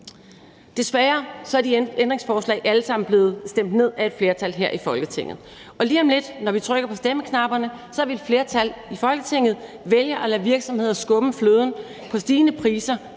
Desværre er alle de ændringsforslag blevet stemt ned af et flertal her i Folketinget, og lige om lidt, når vi trykker på stemmeknapperne, vil et flertal i Folketinget vælge at lade virksomheder skumme fløden på stigende priser